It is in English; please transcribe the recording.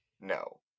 no